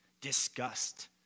disgust